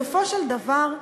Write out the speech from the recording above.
בסופו של דבר,